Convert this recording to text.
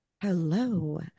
Hello